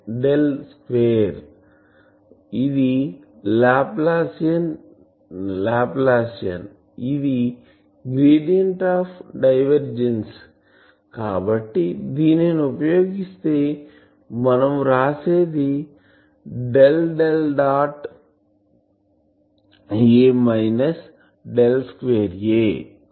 A Del Square A ఇది Laplacian ఇది gradient of divergence కాబట్టి దీనిని ఉపయోగిస్తే మనం వ్రాసేది del del dot A minus del square A del del